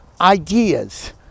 ideas